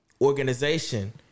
organization